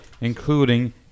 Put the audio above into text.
including